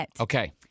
Okay